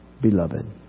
Beloved